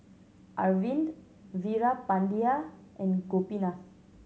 Arvind Veerapandiya and Gopinath